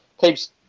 keeps